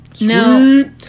No